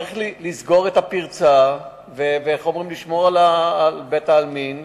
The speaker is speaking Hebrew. צריך לסגור את הפרצה ולשמור על בית-העלמין